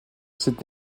cette